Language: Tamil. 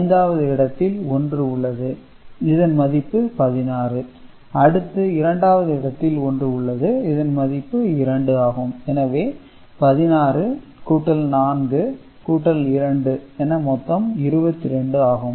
5 வது இடத்தில் 1 உள்ளது இதன் மதிப்பு 16 அடுத்து இரண்டாவது இடத்தில் 1 உள்ளது இதன் மதிப்பு 2 ஆகும் எனவே 16 கூட்டல் 4 கூட்டல் 2 என மொத்தம் 22 ஆகும்